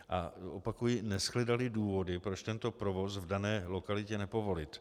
A opakuji, neshledaly důvody, proč tento provoz v dané lokalitě nepovolit.